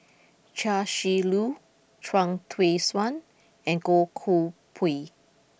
Chia Shi Lu Chuang Hui Tsuan and Goh Koh Pui